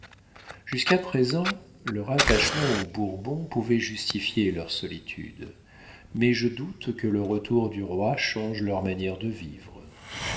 jusqu'à présent leur attachement aux bourbons pouvait justifier leur solitude mais je doute que le retour du roi change leur manière de vivre